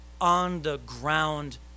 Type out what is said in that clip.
on-the-ground